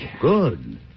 good